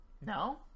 No